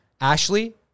Ashley